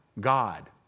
God